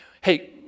Hey